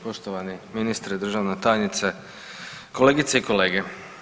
Poštovani ministre, državna tajnice, kolegice i kolege.